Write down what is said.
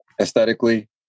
aesthetically